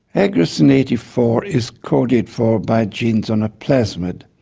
agroci n eighty four is coded for by genes on a plasmid,